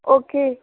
okay